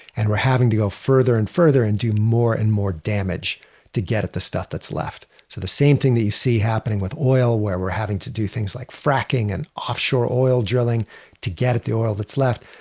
and we're having to go further and further and do more and more damage to get out the stuff that's left so the same thing that you see happening with oil where we're having to do things like fracking and offshore oil drilling to get out the oil that's left,